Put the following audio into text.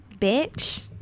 Bitch